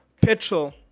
Petrol